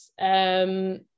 Yes